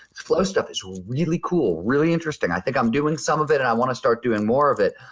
flow stuff is really cool, really interesting. i think i'm doing some of it and i want to start doing more of it.